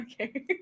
okay